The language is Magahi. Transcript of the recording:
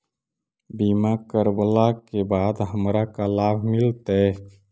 बीमा करवला के बाद हमरा का लाभ मिलतै?